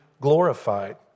glorified